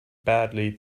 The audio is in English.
badly